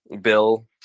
Bill